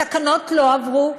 התקנות לא עברו,